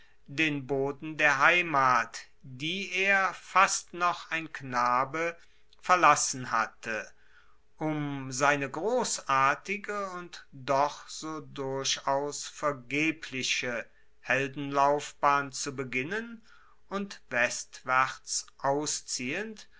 den boden der heimat die er fast noch ein knabe verlassen hatte um seine grossartige und doch so durchaus vergebliche heldenlaufbahn zu beginnen und westwaerts ausziehend